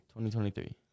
2023